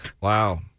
Wow